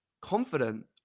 confident